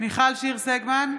מיכל שיר סגמן,